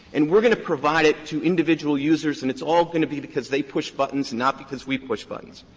and we're going to provide it to individual users, and it's all going to be because they push buttons and not because we push buttons.